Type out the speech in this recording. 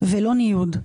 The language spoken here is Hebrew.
ולא ניוד.